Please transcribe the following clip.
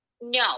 No